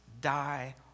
die